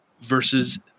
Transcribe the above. versus